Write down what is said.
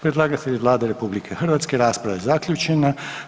Predlagatelj je Vlada RH, rasprava je zaključena.